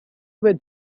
with